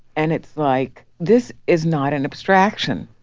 and it's like this is not an abstraction